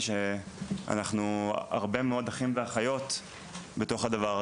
שאנחנו הרבה מאוד אחים ואחיות בתוך הדבר הזה.